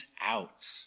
out